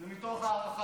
זה מתוך הערכה.